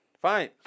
Fine